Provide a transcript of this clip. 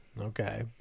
Okay